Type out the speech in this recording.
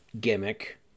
gimmick